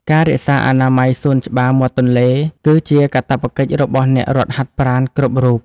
ការរក្សាអនាម័យសួនច្បារមាត់ទន្លេ គឺជាកាតព្វកិច្ចរបស់អ្នករត់ហាត់ប្រាណគ្រប់រូប។